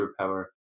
superpower